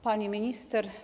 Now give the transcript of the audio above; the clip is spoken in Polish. Pani Minister!